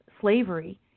slavery